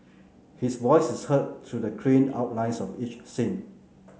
his voice is heard through the clean outlines of each scene